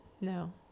No